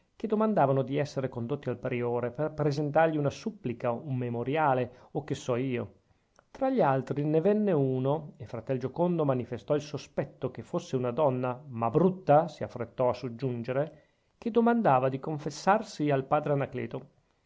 che domandavano di essere condotti al priore per presentargli una supplica un memoriale e che so io tra gli altri ne venne uno e fratel giocondo manifestò il sospetto che fosse una donna ma brutta si affrettò a soggiungere che domandava di confessarsi al padre anacleto